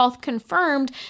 confirmed